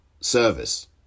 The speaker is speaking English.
service